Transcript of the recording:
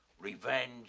revenge